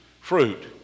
fruit